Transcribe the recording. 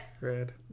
Red